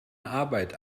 arbeit